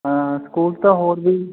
ਹਾਂ ਸਕੂਲ ਤਾਂ ਹੋਰ ਵੀ